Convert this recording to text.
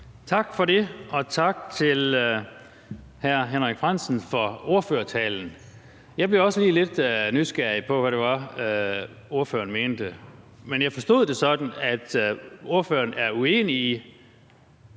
Tak for det, og tak til hr. Henrik Frandsen for ordførertalen. Jeg blev også lidt nysgerrig på, hvad det var, ordføreren mente, men jeg forstod det sådan, at ordføreren er uenig i,